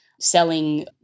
selling